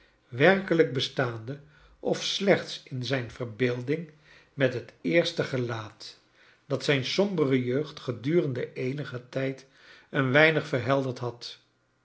werkelijk bestaande of slechts in zijn verbeelding met het eerste gelaat dat zijn sombere jeugd gedurende eenigen tijd een weinig verhelderd had